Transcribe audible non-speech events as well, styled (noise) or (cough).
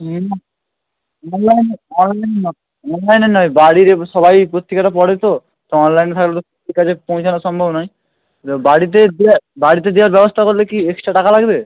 হুম অনলাইনে অনলাইন নয় অনলাইনের নয় বাড়িরই সবাই পত্রিকাটা পড়ে তো তো অনলাইনে থাকলে তো (unintelligible) কাছে পৌঁছানো সম্ভব নয় তা বাড়িতে দেয়ার বাড়িতে দেয়ার ব্যবস্থা করলে কি এক্সট্রা টাকা লাগবে